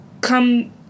come